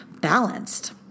balanced